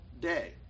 day